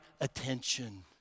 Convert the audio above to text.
attention